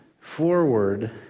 forward